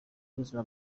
y’ubuzima